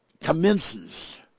commences